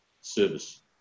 service